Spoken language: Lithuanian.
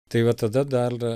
tai va tada dar